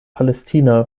palästina